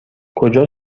کجا